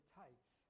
tights